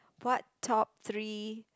what top three